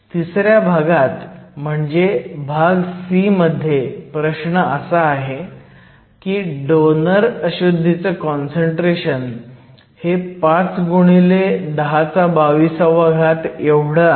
तिसऱ्या भागात म्हणजे भाग c मध्ये प्रश्न असा आहे की डोनर अशुध्दीचं काँसंट्रेशन हे 5 x 1022 आहे